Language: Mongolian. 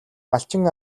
малчин